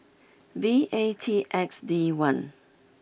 V A T X D one